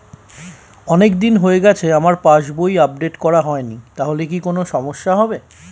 অনেকদিন হয়ে গেছে আমার পাস বই আপডেট করা হয়নি তাহলে কি কোন সমস্যা হবে?